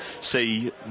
see